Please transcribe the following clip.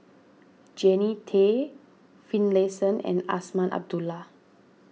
Jannie Tay Finlayson and Azman Abdullah